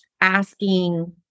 asking